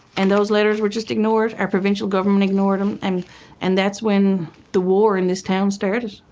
and those letters were just ignored. our provincial government ignored em. um and that's when the war in this town started.